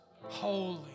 Holy